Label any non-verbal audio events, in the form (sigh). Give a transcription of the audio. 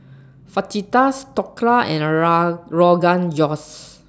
Fajitas Dhokla and (unintelligible) Rogan Josh